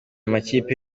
makipe